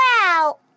wow